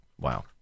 wow